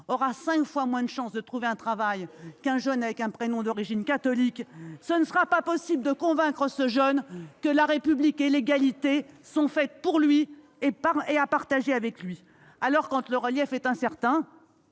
aura cinq fois moins de chances de trouver un travail qu'un jeune avec prénom d'origine catholique, ... Ce n'est pas vrai !... il ne sera pas possible de convaincre ce jeune que la République et l'égalité sont faites pour lui et à partager avec lui ! Quand le relief est incertain,